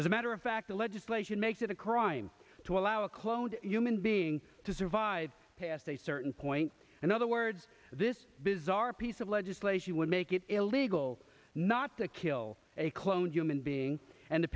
as a matter of fact the legislation makes it a crime to allow a cloned human being to survive past a certain point in other words this bizarre piece of legislation would make it illegal not to kill a cloned human being and the